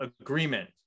Agreement